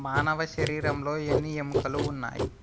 మానవ శరీరంలో ఎన్ని ఎముకలు ఉన్నాయి